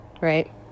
Right